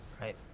Right